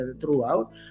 throughout